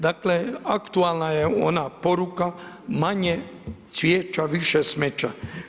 Dakle, aktualna je ona poruka „manje cvijeća više smeća“